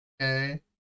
okay